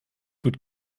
gut